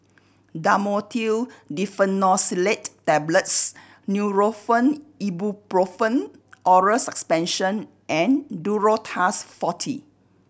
Dhamotil Diphenoxylate Tablets Nurofen Ibuprofen Oral Suspension and Duro Tuss Forte